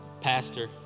pastor